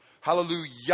Hallelujah